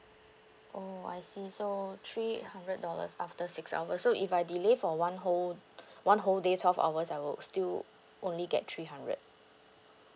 oh I see so three hundred dollars after six hour so if I delay for one whole one whole day twelve hours I will still only get three hundred